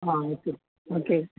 ആ okay okay